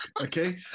okay